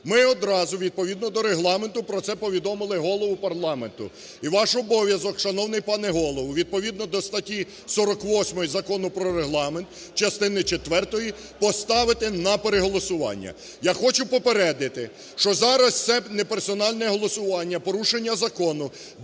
Ми одразу, відповідно до Регламенту, про це повідомили Голову парламенту. І ваш обов'язок, шановний пане Голово, відповідно до статті 48 Закону про Регламент частини четвертої поставити на переголосування. Я хочу попередити, що зараз ценеперсональне голосування, порушення закону,